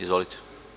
Izvolite.